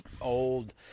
Old